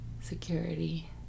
security